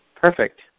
Perfect